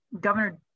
Governor